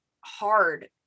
hard